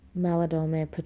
Maladome